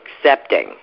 accepting